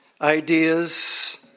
ideas